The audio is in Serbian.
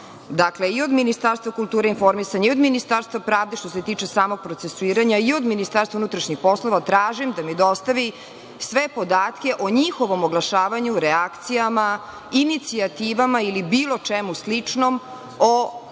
Dakle, i od Ministarstva kulture i informisanja i od Ministarstva pravde, što se tiče samog procesuiranja, i od Ministarstva unutrašnjih poslova tražim da mi dostavi sve podatke o njihovom oglašavanju, reakcijama, inicijativama ili bilo čemu sličnom o maltretiranju